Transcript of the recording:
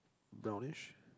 brownish